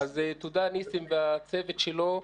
תודה, ניסים והצוות שלו.